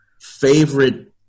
favorite